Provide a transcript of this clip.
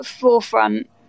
forefront